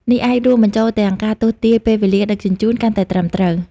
នេះអាចរួមបញ្ចូលទាំងការទស្សន៍ទាយពេលវេលាដឹកជញ្ជូន កាន់តែត្រឹមត្រូវ។